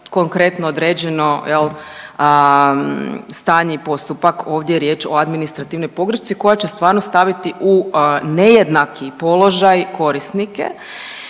konkretno određeno stanje i postupak. Ovdje je riječ o administrativnoj pogrešci koja će stvarno staviti u nejednaki položaj korisnike.